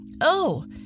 Oh